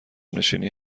نشینی